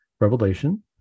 Revelation